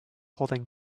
holding